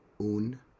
un